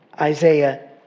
Isaiah